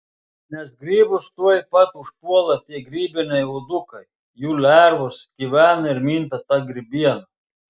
nes grybus tuoj pat užpuola tie grybiniai uodukai jų lervos gyvena ir minta ta grybiena